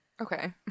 okay